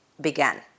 began